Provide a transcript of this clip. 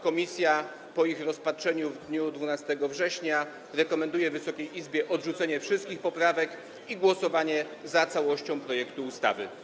Komisja po ich rozpatrzeniu w dniu 12 września rekomenduje Wysokiej Izbie odrzucenie wszystkich poprawek i głosowanie za całością projektu ustawy.